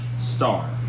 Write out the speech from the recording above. star